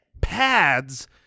pads